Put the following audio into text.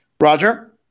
Roger